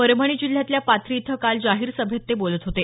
परभणी जिल्ह्यातल्या पाथरी इथं काल जाहीर सभेत ते बोलत होते